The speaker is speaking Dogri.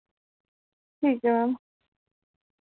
ठीक ऐ मैम